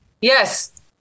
Yes